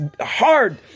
hard